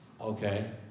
Okay